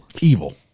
Evil